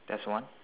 that's one